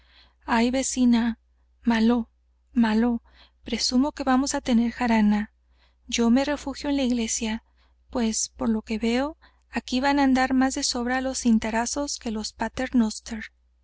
ay vecina malo malo presumo que vamos á tener jarana yo me refugio en la iglesia pues por lo que veo aquí van á andar más de sobra los cintarazos que los